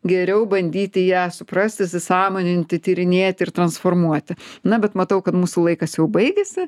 geriau bandyti ją suprasti įsisąmoninti tyrinėti ir transformuoti na bet matau kad mūsų laikas jau baigėsi